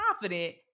confident